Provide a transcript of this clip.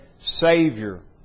Savior